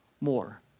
more